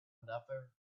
another